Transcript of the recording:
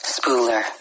Spooler